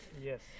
Yes